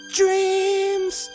dreams